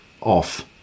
off